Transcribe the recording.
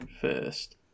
first